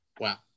Wow